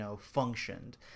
functioned